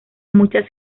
muchas